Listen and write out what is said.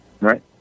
Right